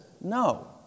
no